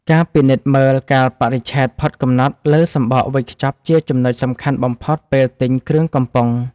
ការពិនិត្យមើលកាលបរិច្ឆេទផុតកំណត់លើសំបកវេចខ្ចប់ជាចំណុចសំខាន់បំផុតពេលទិញគ្រឿងកំប៉ុង។